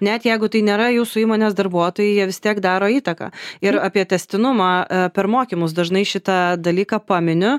net jeigu tai nėra jūsų įmonės darbuotojai jie vis tiek daro įtaką ir apie tęstinumą per mokymus dažnai šitą dalyką paminiu